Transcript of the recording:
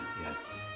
Yes